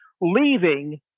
leaving